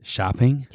Shopping